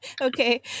Okay